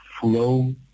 flow